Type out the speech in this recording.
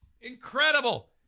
Incredible